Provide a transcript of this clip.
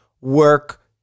work